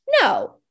No